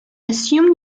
assumed